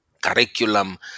curriculum